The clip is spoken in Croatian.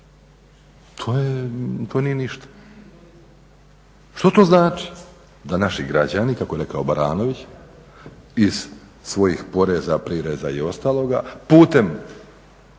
to nije ništa. Što to znači? Da naši građani kako je rekao Baranović iz svojih poreza, prireza i ostaloga putem